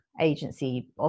agency